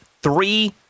Three